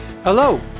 Hello